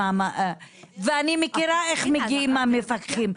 ואני מכירה איך מגיעים המפקחים.